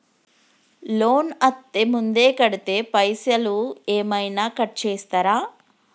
Loan అత్తే ముందే కడితే పైసలు ఏమైనా కట్ చేస్తరా?